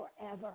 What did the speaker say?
forever